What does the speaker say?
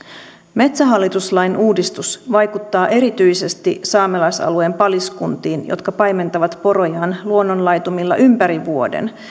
metsähallitus lain uudistus vaikuttaa erityisesti saamelaisalueen paliskuntiin jotka paimentavat porojaan luonnonlaitumilla ympäri vuoden